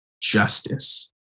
justice